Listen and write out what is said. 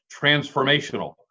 transformational